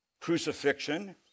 crucifixion